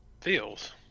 feels